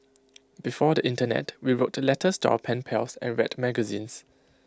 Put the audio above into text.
before the Internet we wrote letters to our pen pals and read magazines